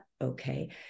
okay